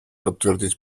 подтвердить